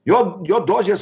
jo jo dozės